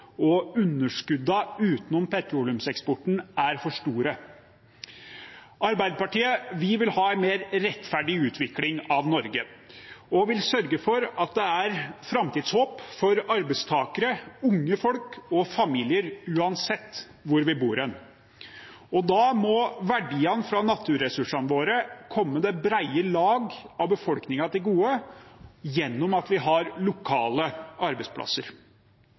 og underskuddene utenom petroleumseksporten er for store. Arbeiderpartiet vil ha en mer rettferdig utvikling av Norge og vil sørge for at det er framtidshåp for arbeidstakere, unge folk og familier, uansett hvor man bor. Da må verdiene fra naturressursene våre komme det brede lag av befolkningen til gode gjennom at vi har lokale arbeidsplasser.